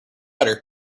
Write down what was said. udder